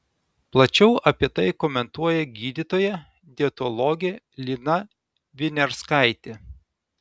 plačiau apie tai komentuoja gydytoja dietologė lina viniarskaitė